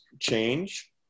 change